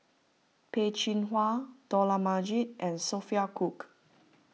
Peh Chin Hua Dollah Majid and Sophia Cooke